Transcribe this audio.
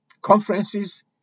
conferences